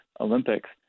Olympics